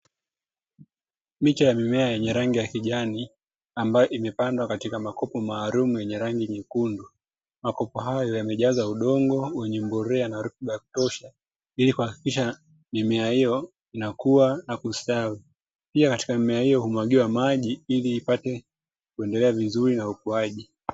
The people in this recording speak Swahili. Miche ya mimea yenye rangi ya kijani ambayo imepandwa kwenye makopo maalumu yenye rangi nyekundu makopo hayo yamejazwa udongo wenye mbolea na rutuba ya kutosha ilikuhakikisha mimea hiyo inakuwa na kustawi pia katika mimea hiyo kumwagiwa maji iliiipat kuendelee vizuri na uwepo wake.